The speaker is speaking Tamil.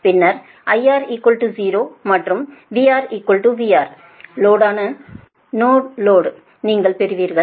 பின்னர் IR 0 மற்றும் VR VR இல் நோலோடை நீங்கள் பெறுவீர்கள்